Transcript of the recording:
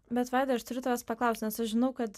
bet vaidai aš turiu tavęs paklaust nes aš žinau kad